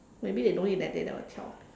maybe they know then they never tell